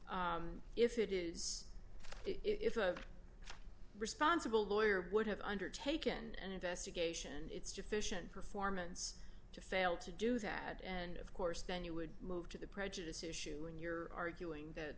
if it is if a responsible lawyer would have undertaken an investigation it's deficient performance to fail to do that and of course then you would move to the prejudice issue in your arguing that